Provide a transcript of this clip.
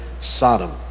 Sodom